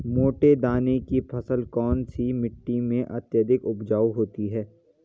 मोटे दाने की फसल कौन सी मिट्टी में अत्यधिक उपजाऊ होती है?